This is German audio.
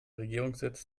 regierungssitz